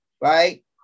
right